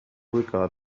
regard